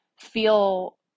feel